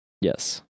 yes